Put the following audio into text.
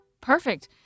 Perfect